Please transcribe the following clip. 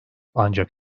ancak